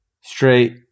Straight